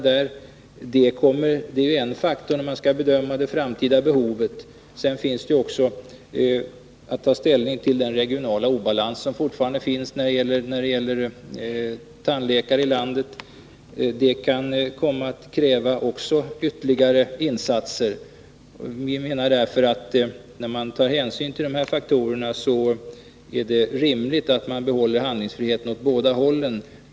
Det är en faktor att ta hänsyn till när man skall bedöma det framtida behovet. Sedan skall man också ta ställning till den regionala obalans som fortfarande finns när det gäller tandläkare i landet. Det kan komma att krävas ytterligare insatser. Vi menar därför att när man tar hänsyn till de faktorerna är det rimligt att man behåller handlingsfriheten åt båda hållen.